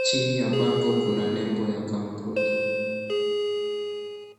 Chini ya bango kuna nebo ya kampuni.